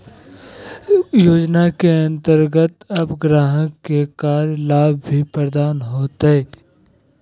योजना के अंतर्गत अब ग्राहक के कर लाभ भी प्रदान होतय